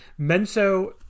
Menso